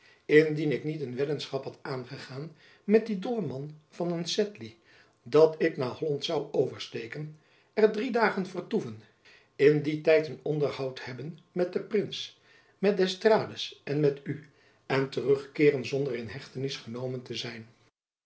indien ik niet een weddenschap had aangegaan met dien dolleman van een sedley dat ik naar jacob van lennep elizabeth musch holland zoû oversteken er drie dagen vertoeven in dien tijd een onderhoud hebben met den prins met d'estrades en met u en terug keeren zonder in hechtenis genomen te zijn